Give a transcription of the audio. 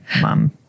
mom